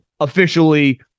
officially